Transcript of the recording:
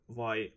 vai